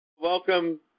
Welcome